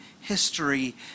history